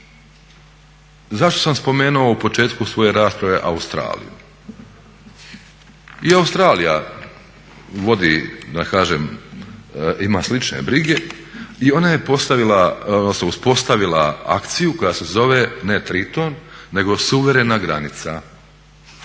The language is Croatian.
Zašto sam spomenuo u početku svoje rasprave Australiju? I Australija ima slične brige i ona je postavila odnosno uspostavila akciju koja se zove ne "Triton" nego suverena granica, a cilj